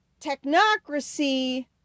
technocracy